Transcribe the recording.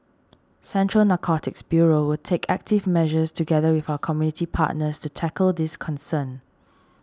Central Narcotics Bureau will take active measures together with our community partners to tackle this concern